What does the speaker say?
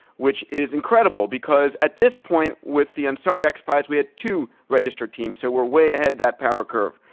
which is incredible, because at this point with the ansari x prize we had two registered teams, so we're way ahead that power curve.